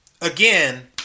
Again